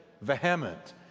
vehement